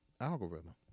Algorithm